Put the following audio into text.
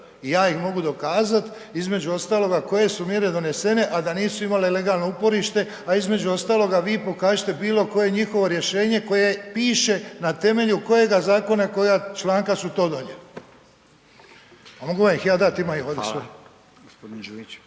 i ja ih mogu dokazati između ostaloga koje su mjere donesene, a da nisu imale legalno uporište. A između ostaloga vi pokažite bilo koje njihovo rješenje koje piše na temelju kojega zakona kojeg članka su to donijeli. Mogu vam ih ja dati, imam ih ovdje sve. **Radin, Furio